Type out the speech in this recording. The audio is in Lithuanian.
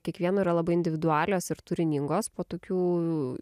kiekvieno yra labai individualios ir turiningos po tokių